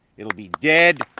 it will be dead,